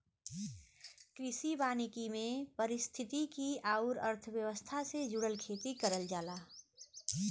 कृषि वानिकी में पारिस्थितिकी आउर अर्थव्यवस्था से जुड़ल खेती करल जाला